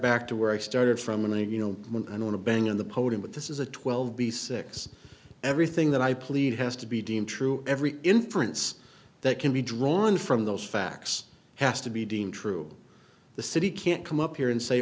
back to where i started from and you know i don't to bang on the podium but this is a twelve b six everything that i plead has to be deemed true every inference that can be drawn from those facts has to be deemed true the city can't come up here and say